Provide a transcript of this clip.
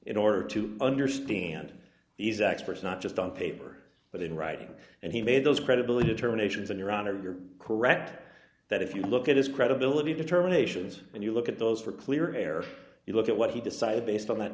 in order to understand these experts not just on paper but in writing and he made those credibility determinations in your honor you're correct that if you look at his credibility determinations and you look at those for clear air you look at what he decided based on that